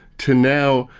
to now,